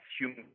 human